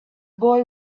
boy